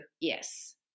yes